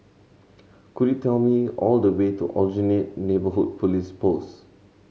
could you tell me all the way to Aljunied Neighbourhood Police Post